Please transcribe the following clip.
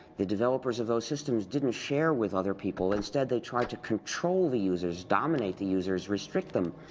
the developers of those systems didn't share with other people, instead they tried to control the users, dominate the users, restrict them.